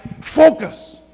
focus